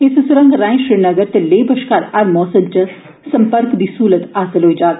इस सुरंग राएं श्रीनगर ते लेह बश्कार हर मौसम च संपर्क दी स्हलत हासल होई जाग